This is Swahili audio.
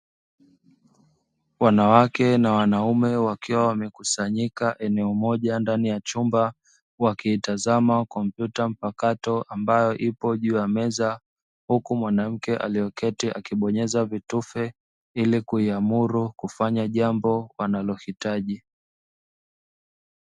Wanawake na wanaume, wakiwa wamekusanyika eneo moja ndani ya chumba, wakiitazama kompyuta mpakato ambayo ipo juu ya meza, huku mwanamke aliyeketi akibonyeza vitufe ili kuiamuru kufanya jambo wanalohitaji.